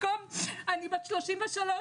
אני בת33,